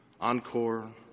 encore